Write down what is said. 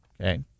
okay